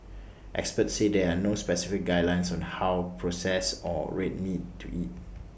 experts said there are no specific guidelines on how processed or red meat to eat